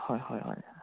হয় হয় হয়